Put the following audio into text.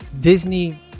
disney